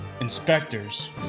Inspectors